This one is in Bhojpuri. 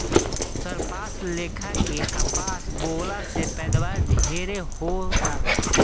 सरपास लेखा के कपास बोअला से पैदावार ढेरे हो तावे